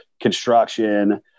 construction